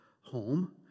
home